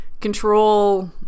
control